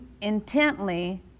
intently